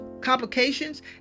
complications